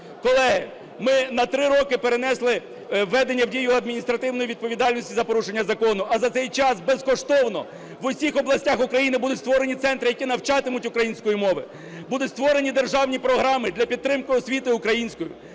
Колеги, ми на три роки перенесли введення в дію адміністративної відповідальності за порушення закону, а за цей час безкоштовно в усіх областях України будуть створені центри, які навчатимуть української мови. Будуть створені державні програми для підтримки освіти українською,